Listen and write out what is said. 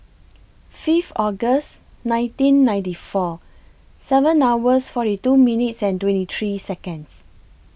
Fifth August nineteen ninety four seven hours forty two minutes and twenty three Seconds